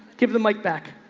give the mic back.